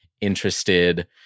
interested